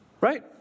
right